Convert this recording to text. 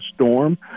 storm